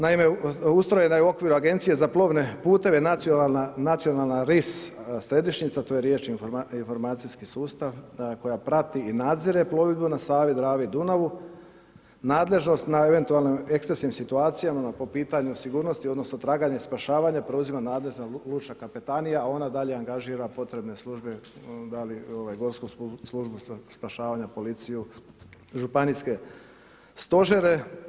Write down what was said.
Naime, ustrojena je u okviru agencije za plovne puteve nacionalna ris središnjica to je Riječki informacijski sustav koja prati i nadzire plovidbu na Savi, Dravi i Dunavu, nadležnost na eventualnim … situacijama, po pitanju sigurnosti, odnosno, traganje i spašavanja preuzima nadležna lučka kapetanija, a ona i dalje angažira potrebne službe, da li gorsku službu spašavanja, policiju, županijske stožere.